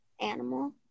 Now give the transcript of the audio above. animal